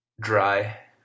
dry